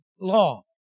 law